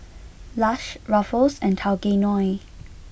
Lush Ruffles and Tao Kae Noi